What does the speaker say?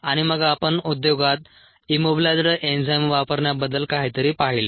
आणि मग आपण उद्योगात इम्मोबिलायइझ्ड एन्झाइम वापरण्याबद्दल काहीतरी पाहिले